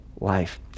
life